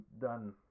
done